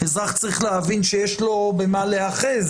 אזרח צריך להבין שיש לו במה להיאחז,